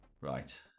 Right